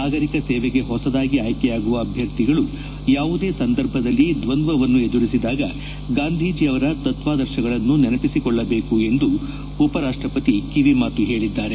ನಾಗರಿಕ ಸೇವೆಗೆ ಹೊಸದಾಗಿ ಆಯ್ಕೆಯಾಗಿರುವ ಅಭ್ವರ್ಥಿಗಳು ಯಾವುದೇ ಸಂದರ್ಭದಲ್ಲಿ ದ್ವಂದ್ವವನ್ನು ಎದುರಿಸಿದಾಗ ಗಾಂಧೀಜ ಅವರ ತತ್ವಾದರ್ತಗಳನ್ನು ನೆನಪಿಸಿ ಕೊಳ್ಳಬೇಕು ಎಂದು ಅವರು ಕಿವಿಮಾತು ಹೇಳಿದ್ದಾರೆ